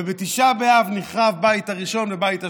ובתשעה באב נחרבו הבית הראשון והבית השני.